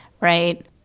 right